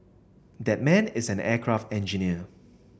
that man is an aircraft engineer